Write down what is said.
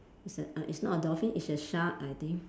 it's a err it's not a dolphin it's a shark I think